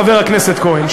חבר הכנסת כהן,